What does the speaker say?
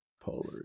polar